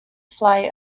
fly